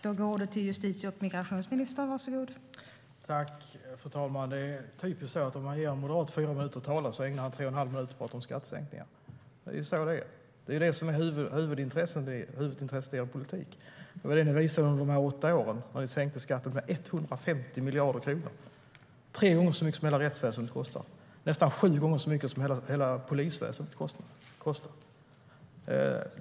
Fru talman! Det är typiskt att om man ger en moderat fyra minuter att tala ägnar han tre och en halv minut åt att tala om skattesänkningar. Det är så det är. Det är det som är huvudintresset i er politik. Det var det ni visade under de åtta åren, då ni sänkte skatten med 150 miljarder kronor. Det är tre gånger så mycket som hela rättsväsendet kostar och nästan sju gånger så mycket som hela polisväsendet kostar.